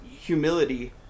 humility